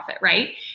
right